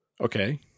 Okay